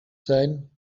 sein